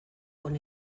con